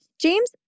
James